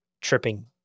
tripping